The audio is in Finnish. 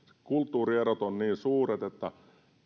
kulttuurierot ovat niin suuret että